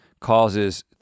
causes